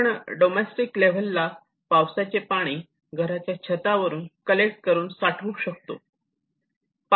आपण डोमेस्टिक लेव्हलवर ला पावसाचे पाणी घराच्या छतावरून कलेक्ट करून साठवून ठेवू शकतो